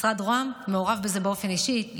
משרד ראש הממשלה מעורב בזה באופן אישי,